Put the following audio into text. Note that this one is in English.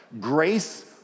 grace